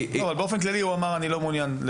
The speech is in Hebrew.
באופן כללי הוא אמר, אני לא מעוניין.